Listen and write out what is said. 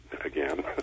again